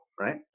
right